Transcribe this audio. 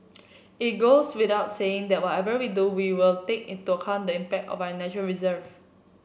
it goes without saying that whatever we do we will take into account the impact on our nature reserve